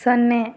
ಸೊನ್ನೆ